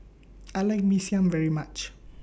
I like Mee Siam very much